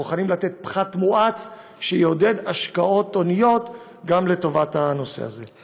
בוחנים לתת פחת מואץ שיעודד השקעות הוניות גם לטובת הנושא הזה.